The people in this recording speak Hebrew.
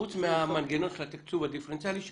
חוץ מהמנגנון של התקצוב הדיפרנציאלי שקיים,